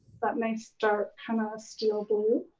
that nice, dark, kind of steel blue.